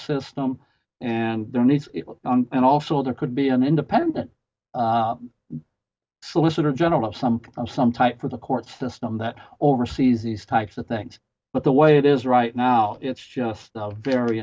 system and there needs and also there could be an independent solicitor general of some some type of the court system that oversees these types of things but the way it is right now it's just very